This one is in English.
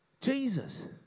Jesus